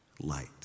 light